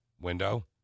window